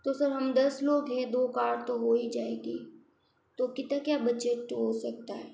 तो सर हम दस लोग हैं तो दो कार तो ही जाएगी तो कितना क्या बजट हो सकता है